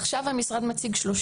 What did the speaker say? עכשיו המשרד מציג 30